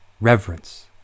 reverence